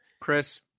Chris